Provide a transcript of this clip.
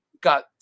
got